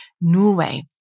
Norway